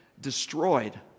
destroyed